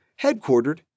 headquartered